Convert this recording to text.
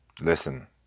Listen